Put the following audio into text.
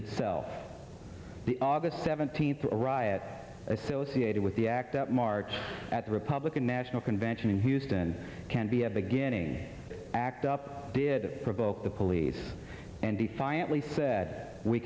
itself the august seventeenth arrive at associated with the act that march at the republican national convention in houston can be a beginning act up did provoke the police and defiantly said we